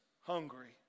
hungry